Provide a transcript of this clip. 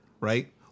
right